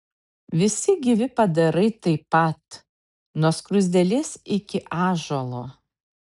visi gyvi padarai taip pat nuo skruzdėlės iki ąžuolo